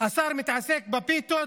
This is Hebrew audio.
השר מתעסק בפיתות,